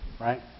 right